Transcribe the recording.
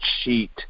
sheet